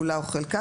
כולה או חלקה,